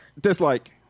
Dislike